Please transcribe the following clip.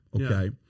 okay